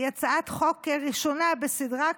היא הצעת חוק ראשונה בסדרה כזאת.